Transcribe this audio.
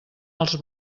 els